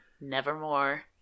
Nevermore